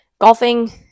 Golfing